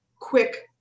quick